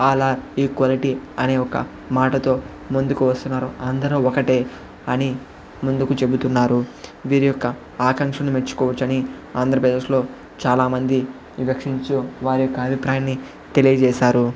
all are equality అని ఒక మాటతో ముందుకు వస్తున్నారు అందరు ఒకటే అని ముందుకు చెబుతున్నారు వీరి యొక్క ఆకాంక్షను మెచ్చుకోవచ్చని ఆంధ్రప్రదేశ్లో చాలా మంది నిరక్షిస్తూ వారి యొక్క అభిప్రాయాన్ని తెలియజేసారు